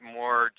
more